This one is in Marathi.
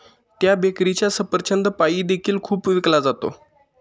त्या बेकरीचा सफरचंद पाई देखील खूप विकला जातो